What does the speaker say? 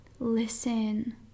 Listen